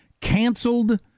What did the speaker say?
canceled